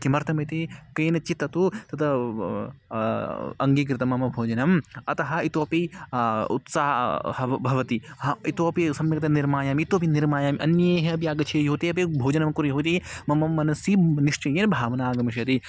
किमर्थमिति केनचित् तत्तु तत्र अङ्गीकृतं मम भोजनम् अतः इतोऽपि उत्साहः भवति इतोऽपि सम्यक्तया निर्माय इतोऽपि निर्माय अन्ये अपि आगच्छेयुः तेऽपि भोजनं कुर्युः इति मम मनसि निश्चयेन भावना आगमिष्यति